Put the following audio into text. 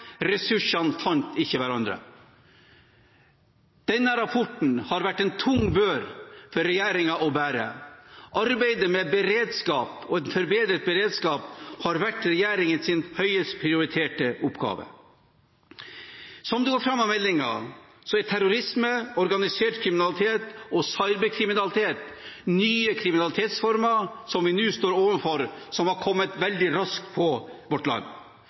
ressursene fant ikke hverandre. Denne rapporten har vært en tung bør for regjeringen å bære. Arbeidet med beredskap, og en forbedret beredskap, har vært regjeringens høyest prioriterte oppgave. Som det går fram av meldingen, er terrorisme, organisert kriminalitet og cyberkriminalitet nye kriminalitetsformer som vi nå står overfor, og som har kommet veldig raskt på vårt land.